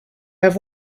have